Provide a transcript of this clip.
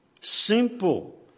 simple